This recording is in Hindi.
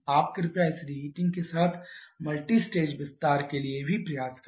आप कृपया इस रिहीटिंग के साथ मल्टीस्टेज विस्तार के लिए भी प्रयास करें